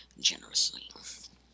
generously